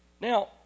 now